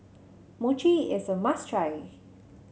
Mochi is a must try